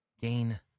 Gain